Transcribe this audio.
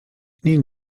nie